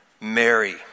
Mary